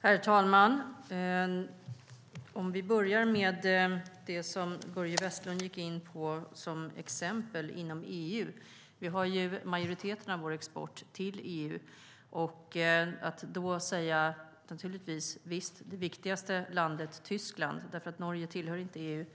Herr talman! Låt mig börja med de exempel Börje Vestlund tog upp inom EU. Majoriteten av den svenska exporten går till EU. Visst är det viktigaste landet Tyskland - Norge tillhör ju inte EU.